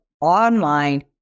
online